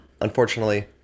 unfortunately